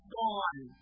gone